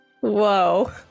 Whoa